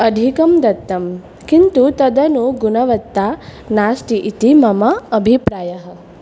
अधिकं दत्तं किन्तु तदनुगुणवत्ता नास्ति इति मम अभिप्रायः